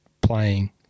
playing